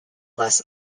less